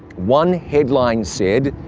one headline said,